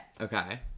Okay